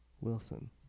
Wilson